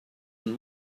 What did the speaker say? and